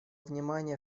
внимание